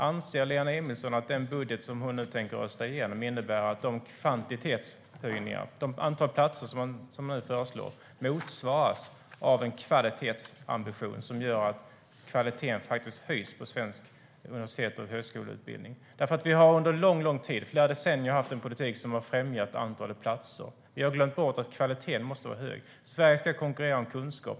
Anser Lena Emilsson att den budget som hon nu tänker rösta igenom innebär att de kvantitetshöjningar, det antal platser som nu föreslås, motsvaras av en kvalitetsambition som gör att kvaliteten höjs på svensk universitets och högskoleutbildning? Vi har under lång tid, flera decennier, haft en politik som främjat antalet platser. Vi har glömt bort att kvaliteten måste vara hög. Sverige ska konkurrera med kunskap.